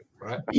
right